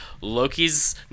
Loki's